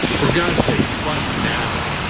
for god's sake, fight now.